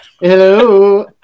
hello